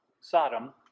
Sodom